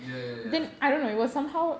ya ya ya